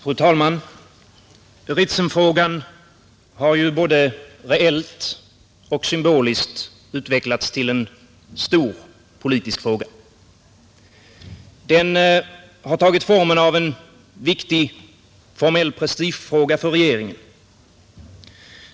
Fru talman! Ritsemfrågan har ju både reellt och symboliskt utvecklats till en stor politisk fråga. Den har tagit formen av en viktig formell prestigefråga för regeringen.